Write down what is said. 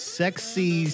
sexy